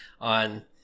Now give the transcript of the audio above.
on